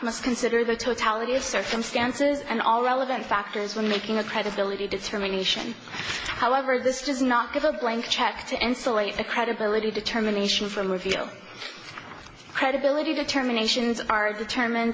must consider the totality of circumstances and all relevant factors when making a credibility determination however this does not give a blank check to insulate the credibility determination from review credibility determinations are determined